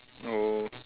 oh